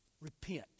repent